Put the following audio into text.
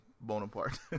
Bonaparte